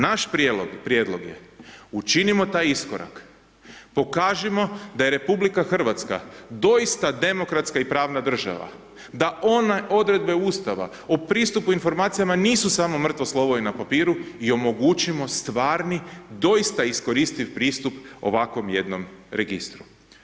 Naš prijedlog je, učinimo taj iskorak, pokažimo da je RH doista demokratska i pravna država, da one odredbe Ustava o pristupu informacijama nisu samo mrtvo slovo i na papiru i omogućimo stvarni, doista iskoristiv pristup ovakvom jednom registru.